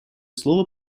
слово